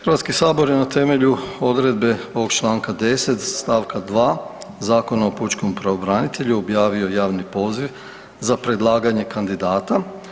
Hrvatski sabor je na temelju odredbe ovoga članka 10. stavka 2. Zakona o pučkom pravobranitelju objavio javni poziv za predlaganje kandidata.